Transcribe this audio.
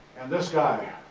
and this guy,